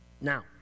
Now